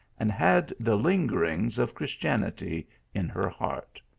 and had the lingerings of christianity in her heart.